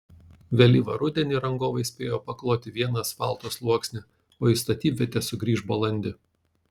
vėlyvą rudenį rangovai spėjo pakloti vieną asfalto sluoksnį o į statybvietę sugrįš balandį